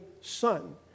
son